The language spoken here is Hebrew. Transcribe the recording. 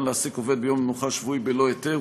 להעסיק עובד ביום המנוחה השבועי בלא היתר,